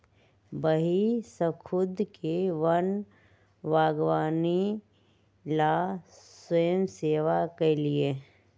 वही स्खुद के वन बागवानी ला स्वयंसेवा कई लय